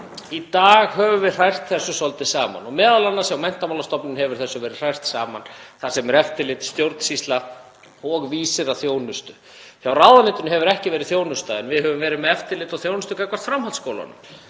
Í dag höfum við hrært þessu svolítið saman og m.a. hjá Menntamálastofnun hefur þessu verið hrært saman þar sem eftirlit, stjórnsýsla og vísir að þjónustu er. Hjá ráðuneytinu hefur ekki verið þjónusta en við höfum verið með eftirlit og þjónustu gagnvart framhaldsskólunum.